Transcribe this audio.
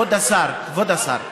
כבוד השר,